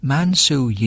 Mansu